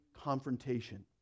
confrontation